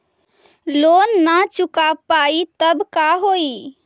Loan न चुका पाई तब का होई?